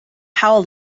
how